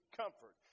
comfort